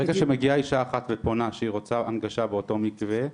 ברגע שמגיעה אישה אחת ופונה שהיא רוצה הנגשה באותו מקווה,